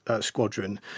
squadron